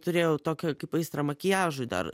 turėjau tokią kaip aistrą makiažui dar